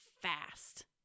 fast